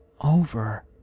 over